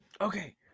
Okay